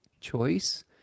choice